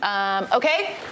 Okay